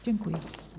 Dziękuję.